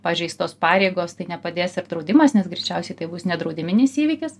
pažeistos pareigos tai nepadės ir draudimas nes greičiausiai tai bus nedraudiminis įvykis